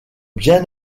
bien